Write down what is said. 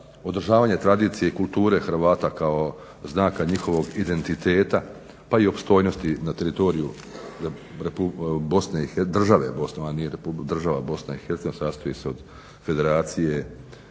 održavanje tradicije i kulture Hrvata kao znaka njihovog identiteta, pa i opstojnosti na teritoriju države Bosne, ona nije republika. Država